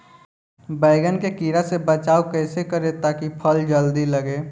बैंगन के कीड़ा से बचाव कैसे करे ता की फल जल्दी लगे?